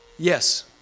Yes